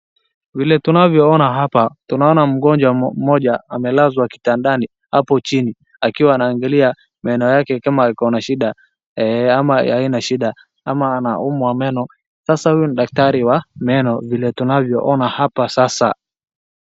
Vile tunavyoona hapa tunaona mgonjwa mmoja amelazwa kitandani hapo chini akiwa anaangalia meno yake kama iko na shida ama haina shida ama anaumwa meno sasa huyu ni daktari wa meno vile tunavyoona hapa sasa.